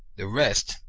the rest,